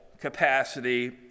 capacity